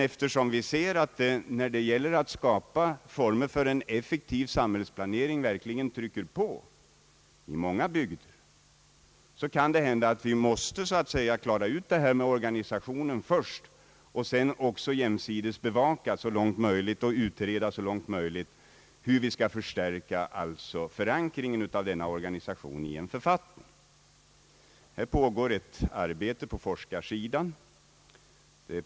Eftersom vi ser att det när det gäller att skapa former för en effektiv samhällsplanering verkligen trycker på i många bygder, kan det emellertid hända att vi måste klara ut det här med organisationen först och så långt möjligt jämsides därmed bevaka och utreda hur vi skall förstärka denna organisationsförankring i en författning. Det pågår också ett arbete på forskarsidan på den här punkten.